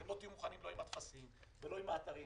אתם לא תהיו מוכנים לא עם הטפסים ולא עם האתרים.